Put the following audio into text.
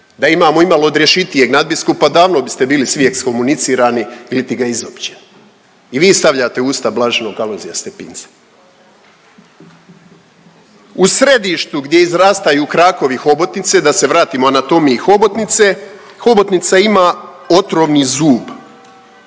Da imamo i malo odrješitijeg nadbiskupa davno biste bili svi eshuminicirani ilitiga izopćeni. I vi stavljate u usta blaženog Alojzija Stepinca. U središtu gdje izrastaju krakovi hobotnice, da se vratimo anatomiji hobotnice hobotnica ima otrovni zub.